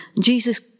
Jesus